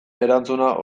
erantzuna